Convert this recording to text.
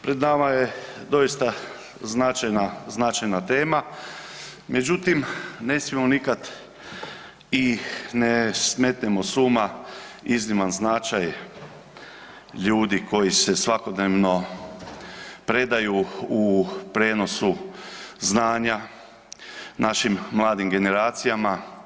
Pred nama je doista značajna tema, međutim ne smijemo nikad i ne smetnemo s uma izniman značaj ljudi koji se svakodnevno predaju u prenosu znanja našim mladim generacijama.